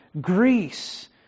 Greece